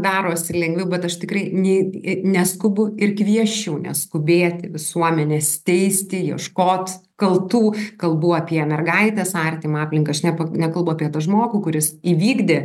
darosi lengviau bet aš tikrai nei į neskubu ir kviesčiau neskubėti visuomenės teisti ieškot kaltų kalbu apie mergaitės artimą aplinką aš ne pa nekalbu apie tą žmogų kuris įvykdė